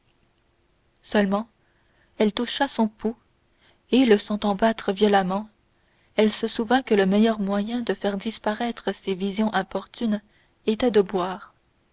seulement elle toucha son pouls et le sentant battre violemment elle se souvint que le meilleur moyen de faire disparaître ces visions importunes était de boire